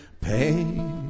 pay